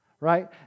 right